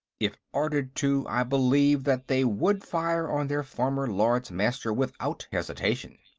if ordered to, i believe that they would fire on their former lords-master without hesitation.